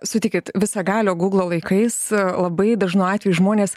sutikit visagalio gūglo laikais labai dažnu atveju žmonės